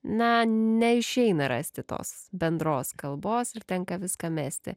na neišeina rasti tos bendros kalbos ir tenka viską mesti